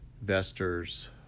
investors